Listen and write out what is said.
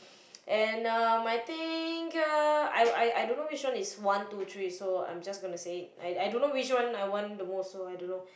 and um I think uh I I I don't know which one is one two three so I'm just gonna say I don't know which one I want the most so I don't know